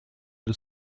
the